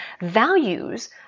values